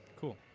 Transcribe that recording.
Cool